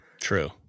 True